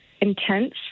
intense